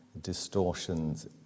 distortions